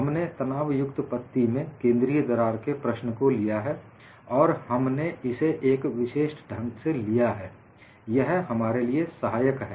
हमने तनावयुक्त पत्ती में केंद्रीय दरार के प्रश्न को लिया है और हमने इसे एक विशेष ढंग से लिया है यह हमारे लिए सहायक है